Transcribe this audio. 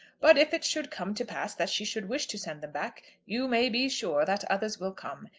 but if it should come to pass that she should wish to send them back, you may be sure that others will come.